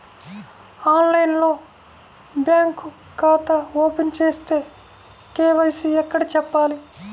ఆన్లైన్లో బ్యాంకు ఖాతా ఓపెన్ చేస్తే, కే.వై.సి ఎక్కడ చెప్పాలి?